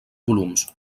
volums